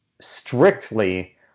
strictly